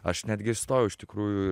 aš netgi stojau iš tikrųjų